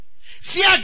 Fear